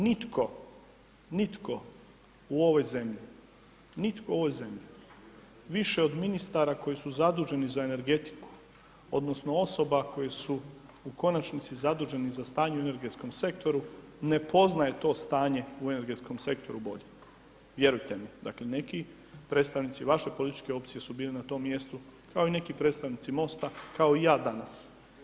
Nitko, nitko u ovoj zemlji više od ministara koji su zaduženi za energetiku odnosno osoba koje su u konačnici zaduženi za stanje u energetskom sektoru ne poznaje to stanje u energetskom sektoru bolje, vjerujte mi, dakle neki predstavnici vaše političke opcije su bili na tom mjestu, kao i neki predstavnici MOST-a, kao i ja danas.